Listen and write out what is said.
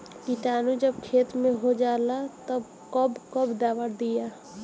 किटानु जब खेत मे होजाला तब कब कब दावा दिया?